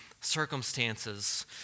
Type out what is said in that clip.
circumstances